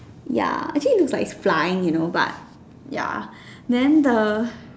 ya actually it looks like flying you know but ya than the